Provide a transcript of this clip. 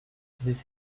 this